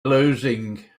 losing